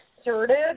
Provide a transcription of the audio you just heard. assertive